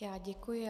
Já děkuji.